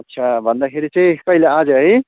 अच्छा भन्दाखेरि चाहिँ कहिले आज है